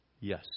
Yes